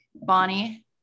Bonnie